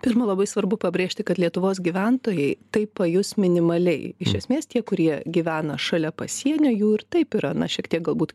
pirma labai svarbu pabrėžti kad lietuvos gyventojai tai pajus minimaliai iš esmės tie kurie gyvena šalia pasienio jų ir taip yra na šiek tiek galbūt